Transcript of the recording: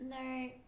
No